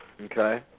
Okay